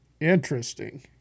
Interesting